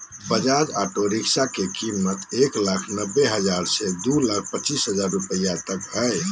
Bajaj auto rickshaw के कीमत एक लाख नब्बे हजार रुपया से दू लाख पचीस हजार रुपया तक हइ